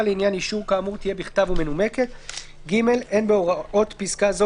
לעניין אישור כאמור תהיה בכתב ומנומקת; (ג) אין בהוראות פסקה זו